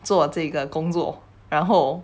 做这个工作然后